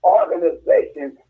organizations